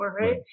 right